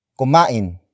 kumain